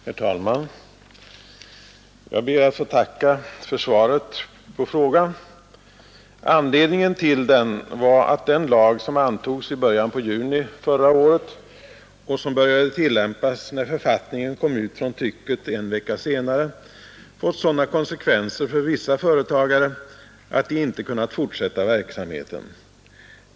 Herr talman! Jag ber att få tacka för svaret på frågan. Anledningen till den var att den lag som antogs i början på juni förra året och som började tillämpas när författningen kom ut från trycket en vecka senare fått sådana konsekvenser för vissa företagare att de inte kunnat fortsätta verksamheten.